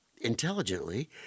intelligently